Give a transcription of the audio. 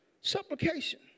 supplication